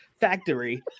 Factory